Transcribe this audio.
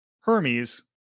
Hermes